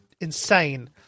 insane